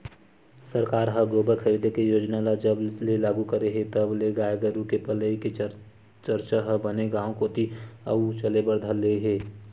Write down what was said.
सरकार ह गोबर खरीदे के योजना ल जब ले लागू करे हे तब ले गाय गरु के पलई के चरचा ह बने गांव कोती अउ चले बर धर ले हे